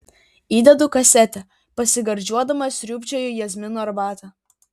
įdedu kasetę pasigardžiuodama sriubčioju jazminų arbatą